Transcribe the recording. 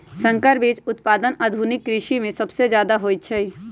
संकर बीज उत्पादन आधुनिक कृषि में सबसे जादे होई छई